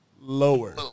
lower